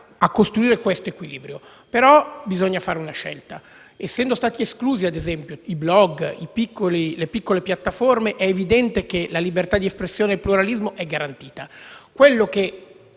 a costruire questo equilibrio. Però bisogna fare una scelta: essendo stati esclusi i *blog* e ad esempio le piccole piattaforme, è evidente che la libertà d'espressione e il pluralismo sono garantiti.